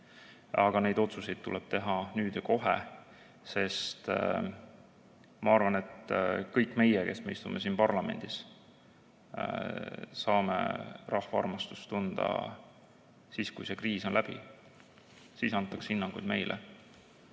Aga otsuseid tuleb teha nüüd ja kohe. Ma arvan, et kõik meie, kes me istume siin parlamendis, saame rahva armastust tunda siis, kui see kriis on läbi. Siis antakse hinnanguid meile,